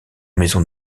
maison